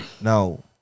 Now